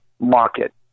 market